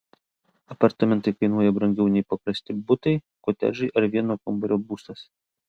apartamentai kainuoja brangiau nei paprasti butai kotedžai ar vieno kambario būstas